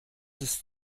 ist